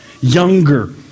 younger